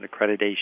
accreditation